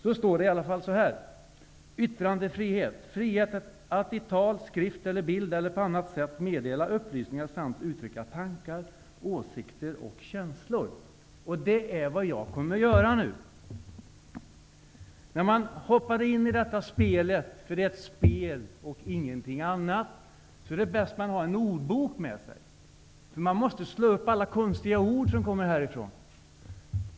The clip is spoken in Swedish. Det står i alla fall så här: ''-- yttrandefrihet: frihet att i tal, skrift eller bild eller på annat sätt meddela upplysningar samt uttrycka tankar, åsikter och känslor, --.'' Det är vad jag kommer att göra nu. När man hoppar in i detta spel -- det är ett spel och ingenting annat -- är det bäst att man har en ordbok med sig. Man måste slå upp alla konstiga ord som kommer härifrån.